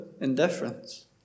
indifference